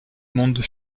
mondes